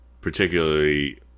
Particularly